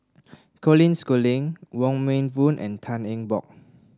Colin Schooling Wong Meng Voon and Tan Eng Bock